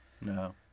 no